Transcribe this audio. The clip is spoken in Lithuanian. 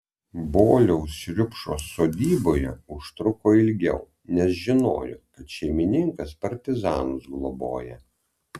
boliaus šriupšos sodyboje užtruko ilgiau nes žinojo kad šeimininkas partizanus globoja